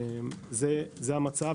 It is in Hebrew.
זה המצב.